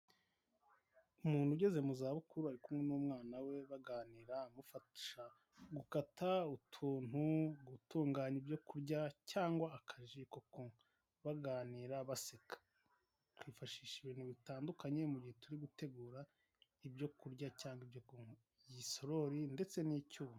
Umuntu ugeze mu zabukuru ari kumwe n'umwana we baganira amufasha gukata utuntu, gutunganya ibyo kurya cyangwa akaji ko kunywa, baganira baseka. Twifashisha ibintu bitandukanye mu gihe turi gutegura ibyo kurya cyangwa ibyo kunywa, igisorori ndetse n'icyuma.